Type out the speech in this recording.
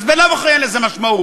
אז בלאו הכי אין לזה משמעות.